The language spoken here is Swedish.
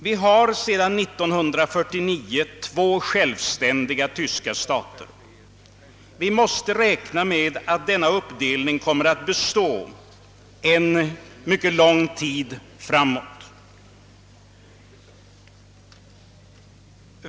Sedan 1949 finns det två självständiga tyska stater, och vi måste räkna med att denna uppdelning kommer att bestå en mycket lång tid framåt.